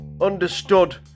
understood